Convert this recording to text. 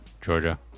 Georgia